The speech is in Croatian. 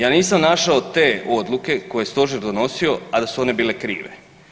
Ja nisam našao te odluke koje je stožer donosio, a da su one bile krive.